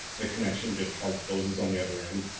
the connection just hard closes on the other end.